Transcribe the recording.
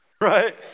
Right